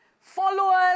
Followers